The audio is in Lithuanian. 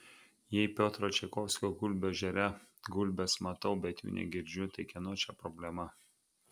jei piotro čaikovskio gulbių ežere gulbes matau bet jų negirdžiu tai kieno čia problema